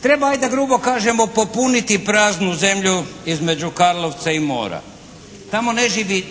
Treba ajde da grubo kažemo, popuniti praznu zemlju između Karlovca i mora. Tamo ne živi